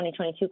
2022